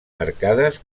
arcades